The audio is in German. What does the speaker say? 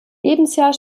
lebensjahr